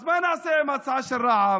אז מה נעשה עם ההצעה של רע"מ?